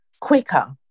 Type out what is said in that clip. quicker